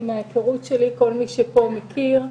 מן ההיכרות שלי, כל מי שנמצא פה מכיר.